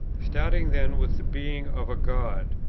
starting then with the being of a god,